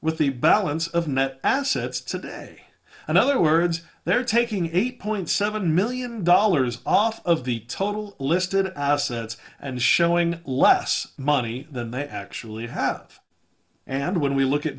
with the balance of net assets today in other words they're taking eight point seven million dollars off of the total listed assets and showing less money than they actually have and when we look at